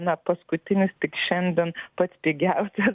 na paskutinis tik šiandien pats pigiausias